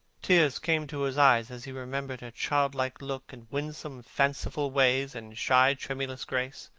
tears came to his eyes as he remembered her childlike look, and winsome fanciful ways, and shy tremulous grace.